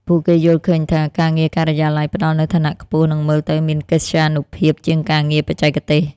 ពួកគេយល់ឃើញថា ការងារការិយាល័យផ្តល់នូវឋានៈខ្ពស់ និងមើលទៅមានកិត្យានុភាពជាងការងារបច្ចេកទេស។